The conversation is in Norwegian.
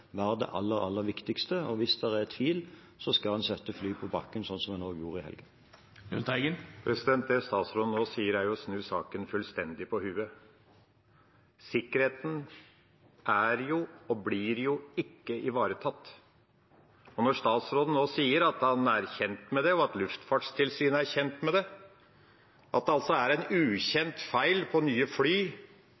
være det aller, aller viktigste. Hvis det er tvil, skal en sette flyet på bakken, sånn som en gjorde i helgen. Det statsråden nå gjør, er å snu saken fullstendig på hodet. Sikkerheten er og blir ikke ivaretatt. Statsråden sier nå at han er kjent med, og at Luftfartstilsynet er kjent med, at det er en